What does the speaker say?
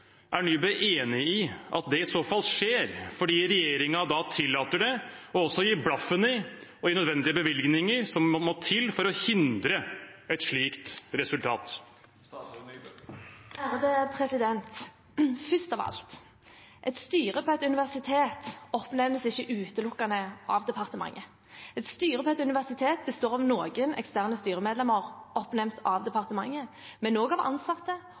er statsråd Nybø enig i at det i så fall skjer fordi regjeringen tillater det, og også gir blaffen i å gi nødvendige bevilgninger som må til for å hindre et slikt resultat? Først av alt: Et styre på et universitet oppnevnes ikke utelukkende av departementet. Et styre på et universitet består av noen eksterne styremedlemmer oppnevnt av departementet, men også av ansatte